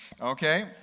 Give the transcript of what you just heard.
Okay